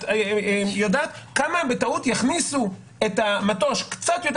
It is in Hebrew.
את יודעת כמה בטעות יכניסו את המטוש קצת יותר